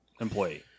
employee